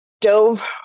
dove